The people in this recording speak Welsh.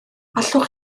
allwch